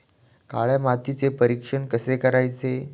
काळ्या मातीचे परीक्षण कसे करायचे?